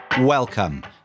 Welcome